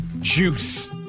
Juice